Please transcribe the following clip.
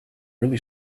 really